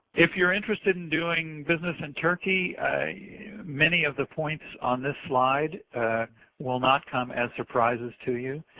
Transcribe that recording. if youire interested in doing business in turkey many of the points on this slide will not come as surprises to you.